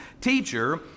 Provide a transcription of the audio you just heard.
Teacher